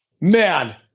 man